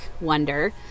wonder